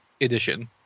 edition